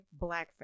blackface